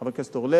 חבר הכנסת אורלב,